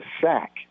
sack